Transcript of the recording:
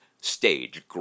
stage